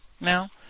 now